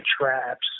traps